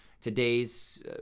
today's